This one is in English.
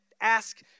ask